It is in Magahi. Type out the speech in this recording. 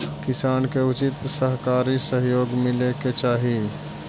किसान के उचित सहकारी सहयोग मिले के चाहि